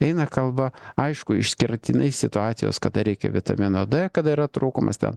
eina kalba aišku išskirtinai situacijos kada reikia vitamino d kada yra trūkumas ten